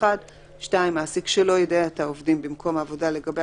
3(1); מעסיק שלא יידע את העובדים במקום העבודה לגבי